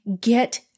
get